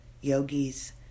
yogis